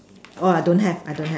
!wah! I don't have I don't have